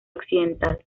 occidental